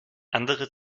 andere